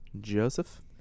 Joseph